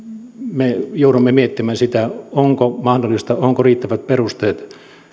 me joudumme miettimään sitä onko mahdollista onko riittävät perusteet